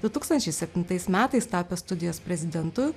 du tūkstančiai septintais metais tapęs studijos prezidentu